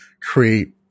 create